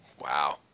Wow